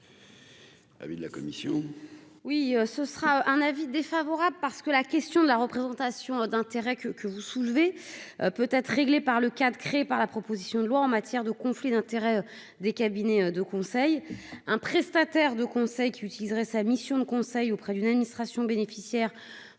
Avis de la commission.